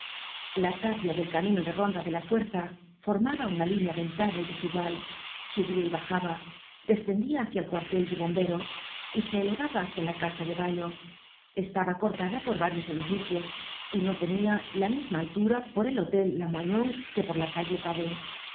la tapia del camino de ronda de la fuerza formaba una línea dentada y desigual subia y bajaba descendia hácia el cuartel de bomberos y se elevaba hácia la casa de baños estaba cortada por varios edificios y no tenia la misma altura por el hotel lamoignon que polla calle pavee